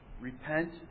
repent